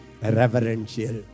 reverential